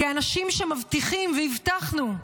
כאנשים שמבטיחים, והבטחנו,